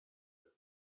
the